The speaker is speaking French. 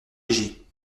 léger